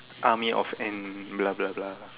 blah blah blah